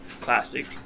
classic